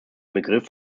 begriff